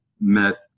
met